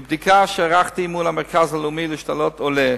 מבדיקה שערכתי מול המרכז הלאומי להשתלות עולה,